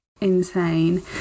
insane